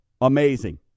Amazing